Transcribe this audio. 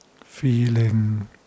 feeling